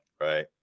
Right